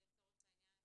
לצורך העניין,